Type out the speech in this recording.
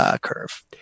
curve